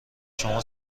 شما